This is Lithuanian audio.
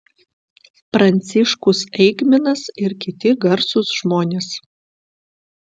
pranciškus eigminas ir kiti garsūs žmonės